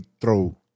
throw